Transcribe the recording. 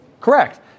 Correct